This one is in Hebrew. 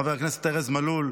חבר הכנסת ארז מלול.